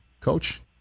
Coach